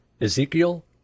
Ezekiel